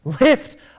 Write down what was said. Lift